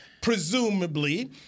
Presumably